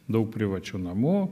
daug privačių namų